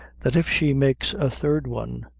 that if she makes a third one,